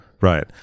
Right